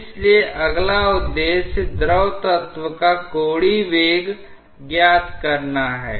इसलिए अगला उद्देश्य द्रव तत्व का कोणीय वेग ज्ञात करना है